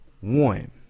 one